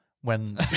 when-